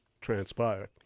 transpired